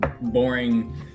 boring